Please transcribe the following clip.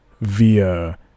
via